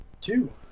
Two